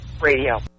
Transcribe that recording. Radio